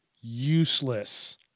useless